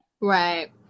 Right